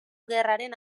gerraren